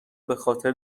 بخاطر